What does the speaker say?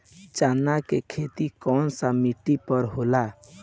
चन्ना के खेती कौन सा मिट्टी पर होला?